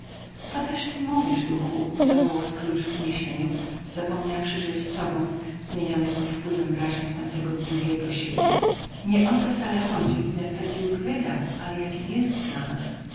co też ty mówisz duchu zawołał scrooge w uniesieniu zapomniawszy że jest sobą zmieniony pod wpływem wrażeń w tamtego drugiego siebie nie o to wcale chodzi ile fezziwig wydał ale jakim jest dla nas